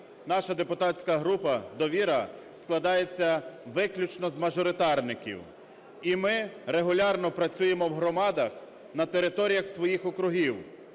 Наша депутатська група "Довіра" складається виключно з мажоритарників, і ми регулярно працюємо в громадах на територіях своїх округів.